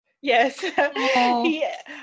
Yes